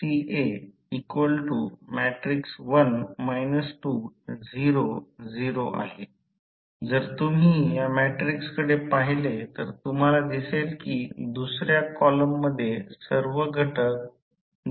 आपण फक्त मूळ प्रतिकार दुय्यम बाजू पाहिली आहे ती दुय्यम बाजूला V2I2 आहे